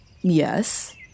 Yes